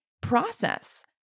process